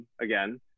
again